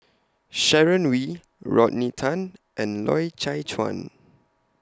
Sharon Wee Rodney Tan and Loy Chye Chuan